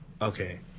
Okay